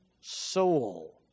soul